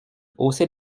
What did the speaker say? haussait